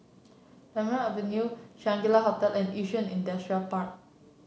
Tamarind Avenue Shangri La Hotel and Yishun Industrial Park